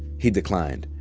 he declined.